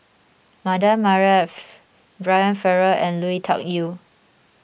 Mardan Brian Farrell and Lui Tuck Yew